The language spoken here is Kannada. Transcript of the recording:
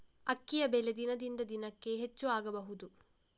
ಅಕ್ಕಿಯ ಬೆಲೆ ದಿನದಿಂದ ದಿನಕೆ ಹೆಚ್ಚು ಆಗಬಹುದು?